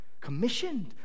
commissioned